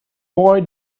boy